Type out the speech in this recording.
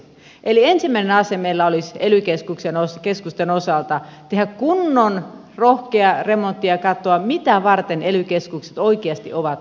eli ensimmäinen asia meillä olisi ely keskusten osalta tehdä kunnon rohkea remontti ja katsoa mitä varten ely keskukset oikeasti ovat olemassa